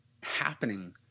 happening